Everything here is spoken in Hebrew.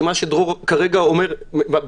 כי מה שדרור כרגע אומר,